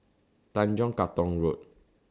Tanjong Katong Road